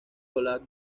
college